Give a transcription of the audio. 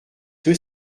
que